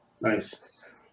Nice